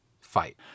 fight